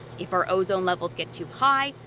for ozone levels get too high.